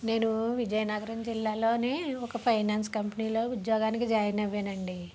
నేను విజయనగరం జిల్లాలోనే ఒక ఫైనాన్స్ కంపెనీలో ఉద్యోగానికి జాయిన్ అయ్యానండి